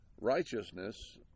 Righteousness